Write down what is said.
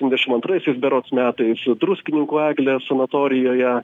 dvidešimt antraisiais berods metais druskininkų eglė sanatorijoje